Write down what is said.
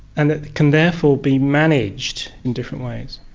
and that can therefore be managed in different ways.